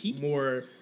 more